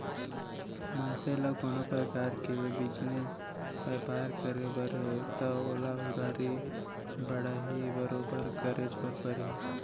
मनसे ल कोनो परकार के बिजनेस बयपार करे बर हे तव ओला उधारी बाड़ही बरोबर करेच बर परही